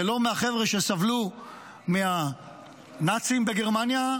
זה לא מהחבר'ה שסבלו מהנאצים בגרמניה,